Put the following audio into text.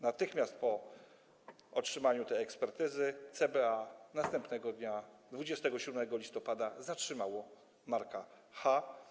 Natychmiast po otrzymaniu tej ekspertyzy CBA następnego dnia, 27 listopada, zatrzymało Marka Ch.